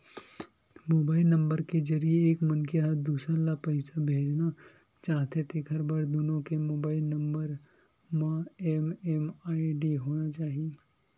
mobile number के जरिए एक मनखे ह दूसर ल पइसा भेजना चाहथे तेखर बर दुनो के मोबईल नंबर म एम.एम.आई.डी होना चाही